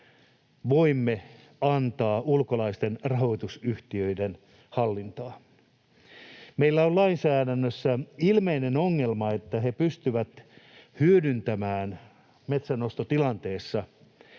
voimme antaa ulkolaisten rahoitusyhtiöiden hallintaan. Meillä on lainsäädännössä ilmeinen ongelma, että he pystyvät hyödyntämään metsänostotilanteessa